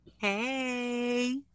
Hey